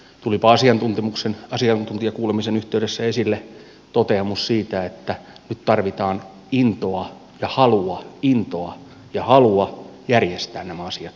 tulipa asiantuntijakuulemisen yhteydessä esille toteamus siitä että nyt tarvitaan intoa ja halua järjestää nämä asiat kuntoon